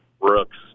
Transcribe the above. Brooks